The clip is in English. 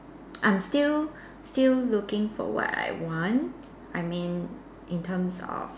I'm still still looking for what I want I mean in terms of